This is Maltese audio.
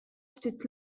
ftit